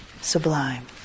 sublime